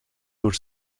door